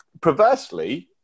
Perversely